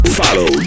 follow